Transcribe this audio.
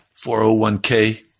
401k